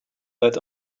that